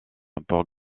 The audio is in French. pour